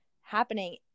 happening